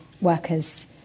workers